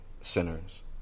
sinners